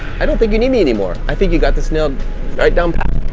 i don't think you need me anymore, i think you got this nailed right dump app.